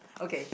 okay